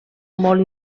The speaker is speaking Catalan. molt